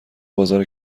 بازار